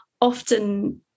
often